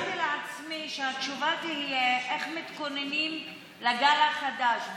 אני תיארתי לעצמי שהתשובה תהיה איך מתכוננים לגל החדש,